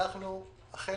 החל